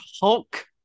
Hulk